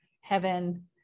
heaven